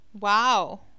wow